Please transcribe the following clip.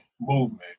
movement